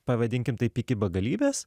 pavadinkim taip iki begalybės